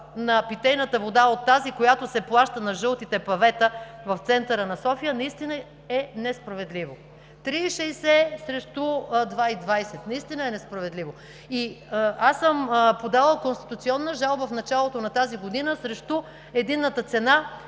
е по-висока от тази, която се плаща на жълтите павета в центъра на София – наистина е несправедливо, 3,60 срещу 2,20, наистина е несправедливо. Аз съм подала конституционна жалба в началото на тази година срещу единната цена,